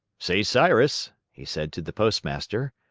say, cyrus, he said to the postmaster,